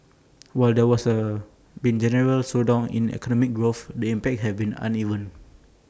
while there was A been general slowdown in economic growth the impact has been uneven